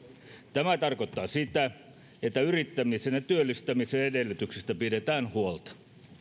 tämä tarkoittaa sitä että yrittämisen ja työllistämisen edellytyksistä pidetään huolta